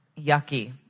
yucky